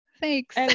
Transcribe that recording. thanks